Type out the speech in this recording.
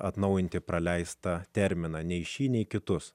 atnaujinti praleistą terminą nei šį nei kitus